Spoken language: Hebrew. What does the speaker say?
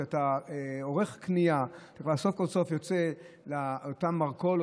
שאתה עורך קנייה וסוף-כל-סוף יוצא לאותו מרכול,